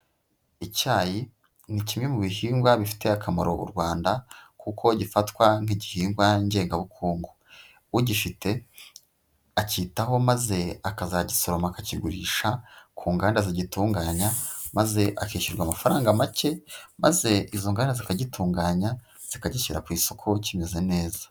Icyayi ni kimwe mu bihingwa bifitiye akamaro u Rwanda kuko gifatwa nk'igihingwa ngengabukungu, ugifite akitaho maze akazagisoroma akakigurisha ku nganda zigitunganya maze akishyurwa amafaranga make, maze izo ngana zikagitunganya zikagishyira ku isoko kimeze neza.